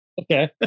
Okay